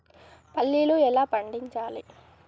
పల్లీలు ఎలా పండించాలి?